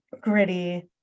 gritty